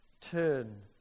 turn